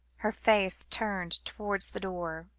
her face turned towards the door.